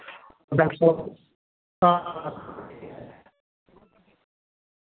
हां